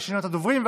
ראשונת הדוברים.